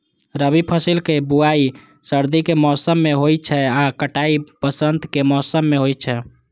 रबी फसलक बुआइ सर्दी के मौसम मे होइ छै आ कटाइ वसंतक मौसम मे होइ छै